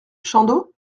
chandos